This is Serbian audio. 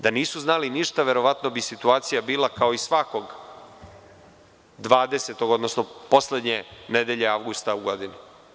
Da nisu znali ništa, verovatno bi situacija bila kao i svakog 20-og, odnosno poslednje nedelje avgusta u godini.